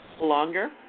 longer